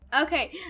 Okay